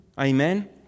Amen